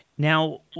Now